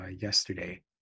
yesterday